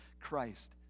Christ